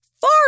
far